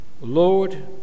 Lord